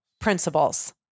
principles